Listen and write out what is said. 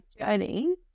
journey